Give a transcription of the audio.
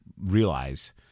realize